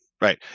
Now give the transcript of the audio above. Right